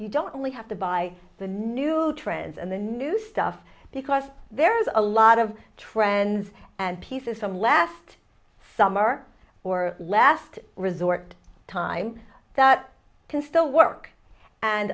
you don't only have to buy the new trends and the new stuff because there is a lot of trends and pieces from last summer or last resort time that can still work and